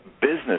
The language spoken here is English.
business